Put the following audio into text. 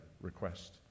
request